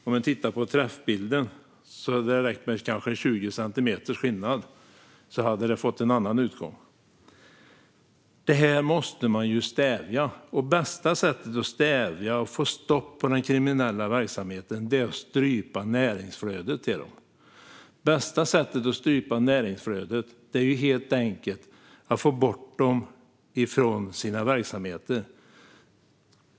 När det gäller träffbilden hade det kanske räckt med 20 centimeters skillnad för att det skulle ha fått en annan utgång. Det här måste man stävja, och det bästa sättet att stävja och få stopp på den kriminella verksamheten är att strypa näringsflödet till de kriminella. Det bästa sättet att strypa näringsflödet är helt enkelt att få bort dem från sina verksamheter.